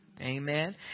amen